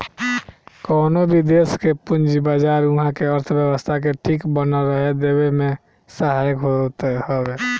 कवनो भी देस के पूंजी बाजार उहा के अर्थव्यवस्था के ठीक बनल रहे देवे में सहायक होत हवे